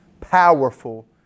powerful